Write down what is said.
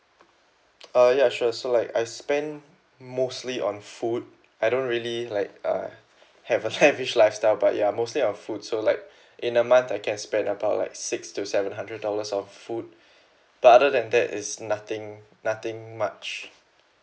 uh ya sure so like I spend mostly on food I don't really like uh have heavy lifestyle but ya mostly on food so like in a month I can spend about like six to seven hundred dollars of food but other than that it's nothing nothing much